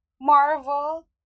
Marvel